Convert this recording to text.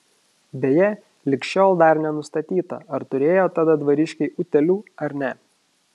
beje lig šiol dar nenustatyta ar turėjo tada dvariškiai utėlių ar ne